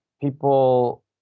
people